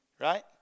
right